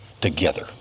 together